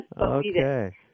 Okay